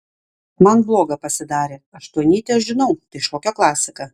man bloga pasidarė aštuonnytį aš žinau tai šokio klasika